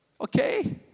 Okay